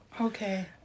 Okay